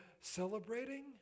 celebrating